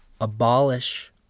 abolish